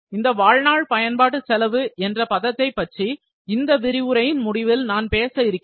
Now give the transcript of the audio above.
இந்த வாழ்நாள் பயன்பாட்டு செலவு என்ற பதத்தை பற்றி இந்த விரிவுரையின் முடிவில் நான் பேச இருக்கிறேன்